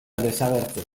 desagertzen